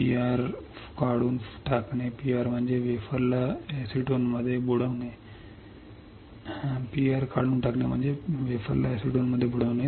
PR काढून टाकणे PR म्हणजे वेफरला एसीटोनमध्ये बुडवणे